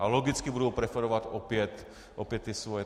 A logicky budou preferovat opět ty svoje.